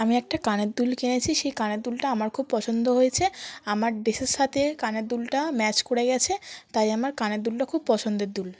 আমি একটা কানের দুল কিনেছি সেই কানের দুলটা আমার খুব পছন্দ হয়েছে আমার ড্রেসের সাথে কানের দুলটা ম্যাচ করে গেছে তাই আমার কানের দুলটা খুব পছন্দের দুল